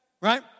Right